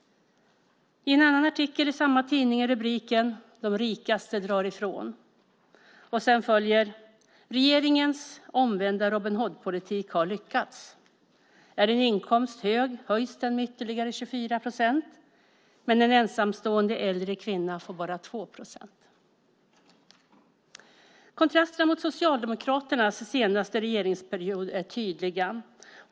I en annan artikel i samma tidning är rubriken "De rikaste drar ifrån" och sedan följer "Regeringens omvända Robin Hood-politik har lyckats. Är din inkomst hög höjs den med ytterligare 24 %. Men en ensamstående äldre kvinna får bara 2 %." Kontrasterna mot Socialdemokraternas senaste regeringsperiod är tydliga.